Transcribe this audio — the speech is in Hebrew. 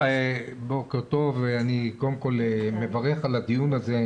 בוקר טוב, אני מברך על הדיון הזה.